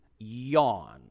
yawn